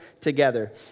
together